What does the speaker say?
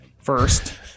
first